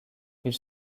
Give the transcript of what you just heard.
ils